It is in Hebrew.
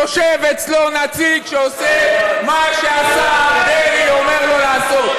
יושב אצלו נציג שעושה מה שהשר דרעי אומר לו לעשות.